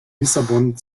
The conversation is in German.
lissabon